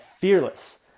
fearless